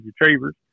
Retrievers